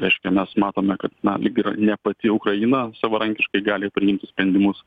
reiškia mes matome kad na lyg ir ne pati ukraina savarankiškai gali priimti sprendimus